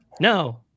No